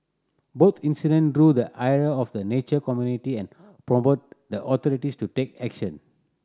both incident drew the ire of the nature community and prompted the authorities to take action